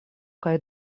kaj